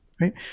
right